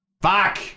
Fuck